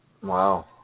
Wow